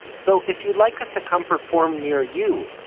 so if you'd like us to come perform near you,